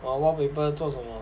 !wah! wallpaper 做什么